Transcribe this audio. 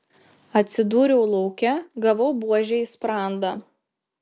atsidūriau lauke gavau buože į sprandą